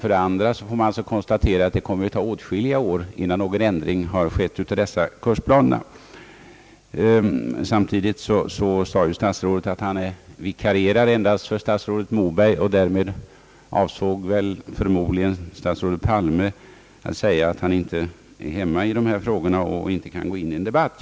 För det andra får man konstatera att det kommer att ta åtskilliga år, innan någon ändring av dessa kursplaner har skett. as Statsrådet sade samtidigt att han endast vikarierade för statsrådet Moberg. Därmed avsåg väl förmodligen statsrådet Palme att ge till känna, att han inte är hemma i dessa frågor och inte kan gå in i en debatt.